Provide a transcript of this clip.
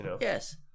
Yes